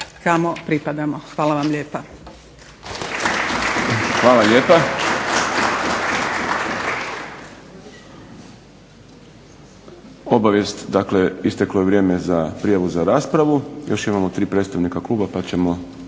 Hvala vam lijepa.